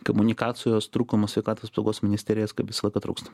komunikacijos trūkumas sveikatos apsaugos ministerijos kaip visą laiką trūksta